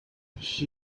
she